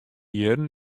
jierren